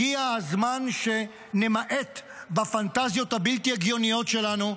הגיע הזמן שנמעט בפנטזיות הבלתי-הגיוניות שלנו.